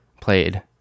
played